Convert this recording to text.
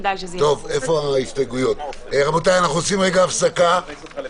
אנחנו עושים הפסקה.